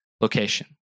location